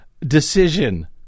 decision